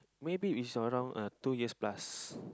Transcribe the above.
maybe is around uh two years plus